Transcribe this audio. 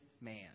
man